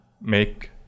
make